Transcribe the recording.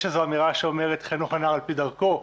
יש איזו אמירה שאומרת: "חנוך הנער על פי דרכו".